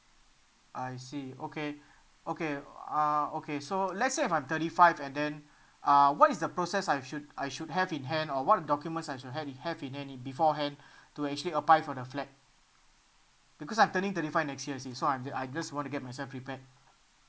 I see okay okay uh okay so let's say if I'm thirty five and then uh what is the process I should I should have in hand or what are the documents I should have have in hand beforehand to actually apply for the flat because I'm turning thirty five next year you see so I'm just I just wanna get myself prepared